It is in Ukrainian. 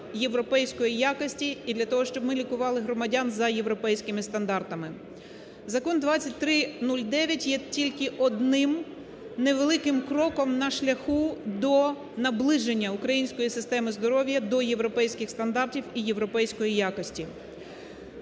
європейської якості, і для того, щоб ми лікували громадян за європейськими стандартами. Закон 2309 є тільки одним невеликим кроком на шляху до наближення української системи здоров'я до європейських стандартів і європейської якості.